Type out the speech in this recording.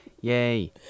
Yay